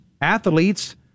athletes